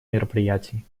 мероприятий